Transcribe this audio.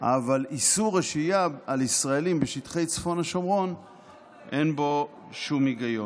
אבל איסור השהייה של ישראלים בשטחי צפון השומרון אין בו שום היגיון,